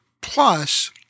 plus